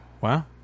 Wow